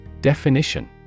Definition